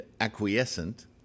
acquiescent